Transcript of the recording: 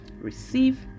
Receive